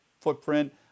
footprint